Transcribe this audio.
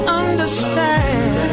understand